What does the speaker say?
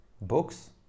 books